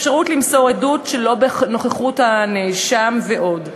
אפשרות למסור עדות שלא בנוכחות הנאשם ועוד.